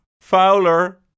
fowler